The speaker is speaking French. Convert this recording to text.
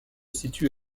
situe